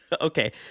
Okay